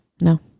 No